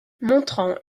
montrant